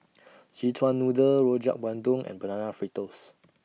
Szechuan Noodle Rojak Bandung and Banana Fritters